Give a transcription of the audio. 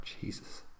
Jesus